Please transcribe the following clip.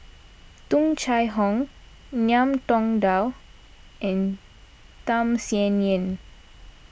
Tung Chye Hong Ngiam Tong Dow and Tham Sien Yen